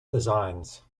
designs